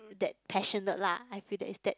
that passionate lah I feel that it's that